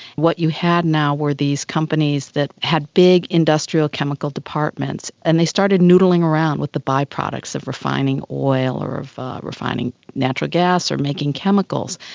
what you had now were these companies that had big industrial chemical departments, and they started noodling around with the by-products of refining oil or of refining natural gas or making chemicals,